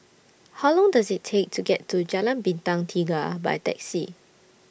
How Long Does IT Take to get to Jalan Bintang Tiga By Taxi